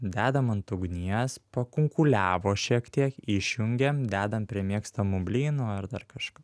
dedam ant ugnies pakunkuliavo šiek tiek išjungiam dedam prie mėgstamų blynų ar dar kažką